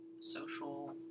social